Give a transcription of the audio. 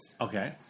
Okay